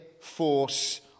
force